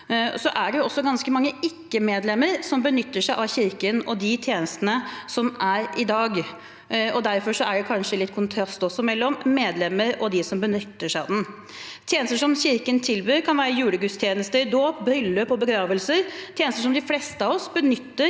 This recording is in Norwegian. er det også ganske mange ikke-medlemmer som benytter seg av Kirken og dens tjenester i dag. Derfor er det kanskje også litt kontrast mellom medlemmer og dem som benytter seg av den. Tjenester som Kirken tilbyr, kan være julegudstjenester, dåp, bryllup og begravelser, tjenester som de fleste av oss benytter